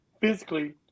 physically